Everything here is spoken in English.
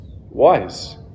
Wise